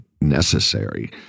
necessary